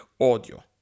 audio